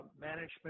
management